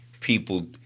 people